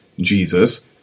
Jesus